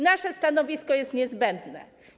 Nasze stanowisko jest niezbędne.